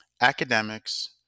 academics